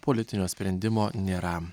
politinio sprendimo nėra